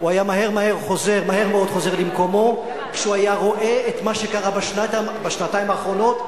הוא היה מהר מאוד חוזר למקומו כשהוא היה רואה מה קרה בשנתיים האחרונות,